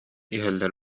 иһэллэр